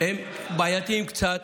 לאומי הם בעייתיים קצת.